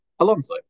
Alonso